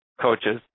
coaches